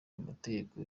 amategeko